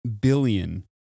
billion